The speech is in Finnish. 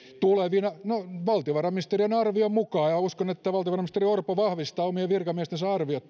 tulevina no valtiovarainministeriön arvion mukaan ja uskon että valtiovarainministeri orpo vahvistaa omien virkamiestensä arviot